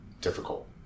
difficult